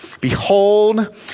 Behold